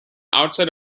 outside